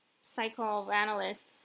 psychoanalyst